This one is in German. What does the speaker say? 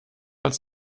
als